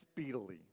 speedily